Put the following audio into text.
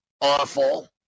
awful